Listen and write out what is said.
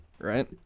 right